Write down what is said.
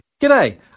G'day